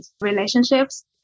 relationships